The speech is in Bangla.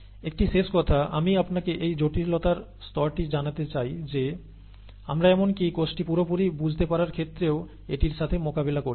একটি শেষ কথা আমি আপনাকে এই জটিলতার স্তরটি জানাতে চাই যে আমরা এমনকি কোষটি পুরোপুরি বুঝতে পারার ক্ষেত্রেও এটির সাথে মোকাবিলা করছি